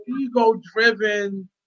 ego-driven